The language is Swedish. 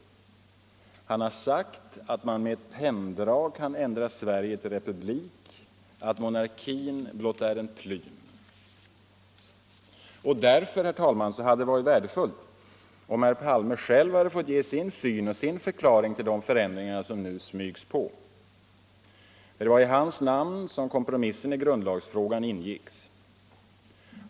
Han har sagt att man med ett penndrag kan ändra Sverige till republik och att monarkin blott är en plym. Därför, herr talman, hade det varit värdefullt om herr Palme själv fått ge sin syn på och sin förklaring till de förändringar som nu smygs på. Det var i hans namn som kompromissen i grundlagsfrågan ingicks.